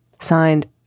Signed